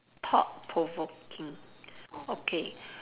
thought provoking okay